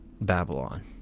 Babylon